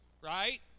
right